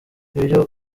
ibyo